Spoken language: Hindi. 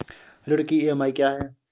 ऋण की ई.एम.आई क्या है?